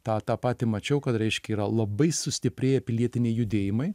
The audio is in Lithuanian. tą tą patį mačiau kad reiškia yra labai sustiprėję pilietiniai judėjimai